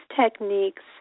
techniques